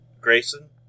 Grayson